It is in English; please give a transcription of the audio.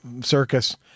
circus